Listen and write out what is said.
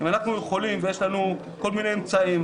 אם אנחנו יכולים ויש לנו כל מיני אמצעים,